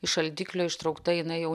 iš šaldiklio ištraukta jinai jau